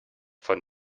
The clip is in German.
von